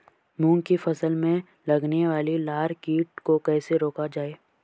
मूंग की फसल में लगने वाले लार कीट को कैसे रोका जाए?